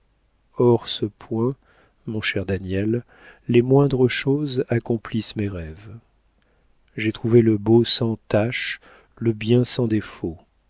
hors ce point mon cher daniel les moindres choses accomplissent mes rêves j'ai trouvé le beau sans tache le bien sans défaut